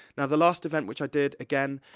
now, the last event which i did, again,